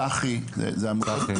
גם סח"י (סיירת חסד ייחודית),